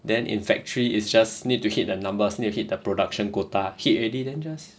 then in factory is just need to hit the numbers need to hit the production quota hit already then just